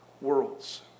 worlds